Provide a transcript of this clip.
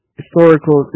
historical